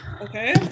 Okay